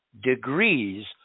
degrees